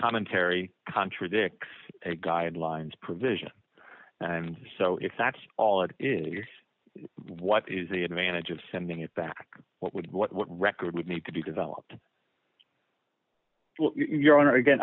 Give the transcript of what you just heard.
commentary contradicts a guidelines provision and so if that's all it is your what is the advantage of sending it back what would what record would need to be developed your honor again